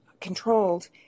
controlled